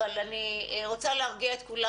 אבל אני רוצה להרגיע את כולם.